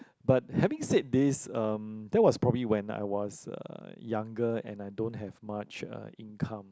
but having said these um that was probably when I was uh younger and I don't have much uh income